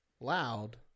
loud